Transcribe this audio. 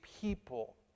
people